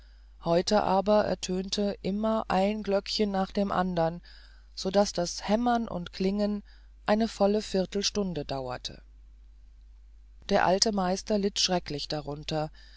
heute aber ertönte immer ein glöckchen nach dem andern so daß das hämmern und klingen eine volle viertelstunde dauerte der alte meister litt schrecklich darunter